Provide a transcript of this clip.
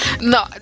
No